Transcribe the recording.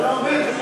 אתה לא מבין,